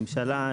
הממשלה,